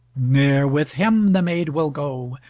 ne'er with him the maid will go,